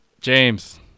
James